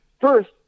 First